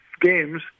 games